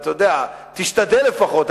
אתה יודע, תשתדל לפחות.